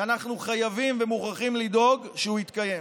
ואנחנו חייבים ומוכרחים לדאוג שהוא יתקיים.